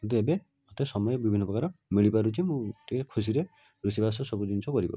କିନ୍ତୁ ଏବେ ମୋତେ ସମୟ ବିଭିନ୍ନ ପ୍ରକାର ମିଳିପାରୁଛି ମୁଁ ଟିକିଏ ଖୁସିରେ ରୋଷେଇବାସ ସବୁ ଜିନିଷ କରିପାରୁଛି